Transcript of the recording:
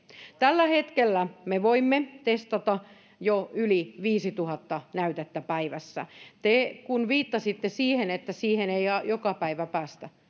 tällä hetkellä me voimme testata jo yli viisituhatta näytettä päivässä te viittasitte siihen että siihen ei joka päivä päästä ja